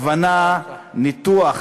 הבנה, ניתוח.